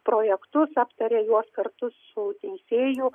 projektus aptaria juos kartu su teisėju